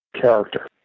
Character